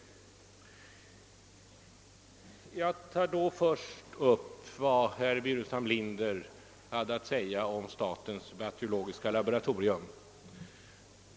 Jag kommer då först till vad herr Burenstam Linder hade att säga om statens bakteriologiska laboratorium.